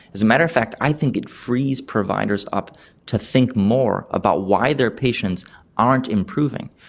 as a matter of fact i think it frees providers up to think more about why their patients aren't improving.